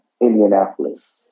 Indianapolis